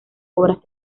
obras